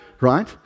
right